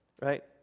Right